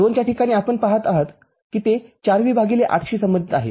२च्या ठिकाणी आपण पाहत आहे कि ते ४ V ८ शी संबंधित आहे